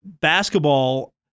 basketball